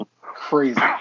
crazy